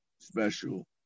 special